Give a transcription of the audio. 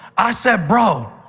i said, bro,